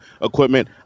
equipment